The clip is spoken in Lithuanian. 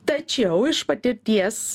tačiau iš patirties